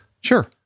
Sure